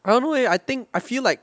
I don't know leh I think I feel like